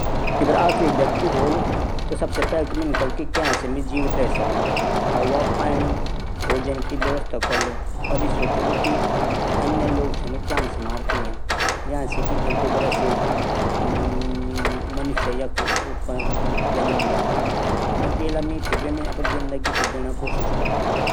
अगर मी घौर मा छौ और मि मा दिन कू खांणू खानू पांच मिनट छन तक मि खिड़की बनोलू। खिचडी फटाफट बणी जांदी।